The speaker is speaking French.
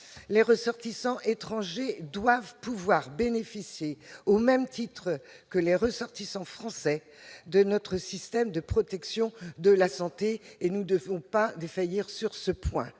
Les ressortissants étrangers doivent pouvoir bénéficier, au même titre que les ressortissants français, de notre système de protection de la santé. Nous ne devons rien céder sur ce point